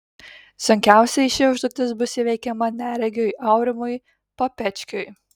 sunkiausiai ši užduotis bus įveikiama neregiui aurimui papečkiui